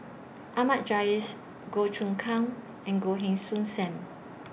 Ahmad Jais Goh Choon Kang and Goh Heng Soon SAM